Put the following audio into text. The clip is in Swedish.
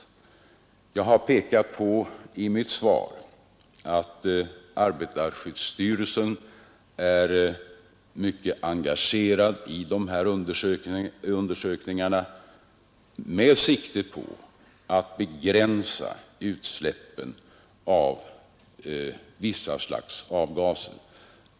Jag har i mitt svar pekat på att arbetarskyddsstyrelsen är mycket engagerad i de här undersökningarna med sikte på att begränsa utsläppen av vissa slags avgaser.